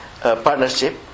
partnership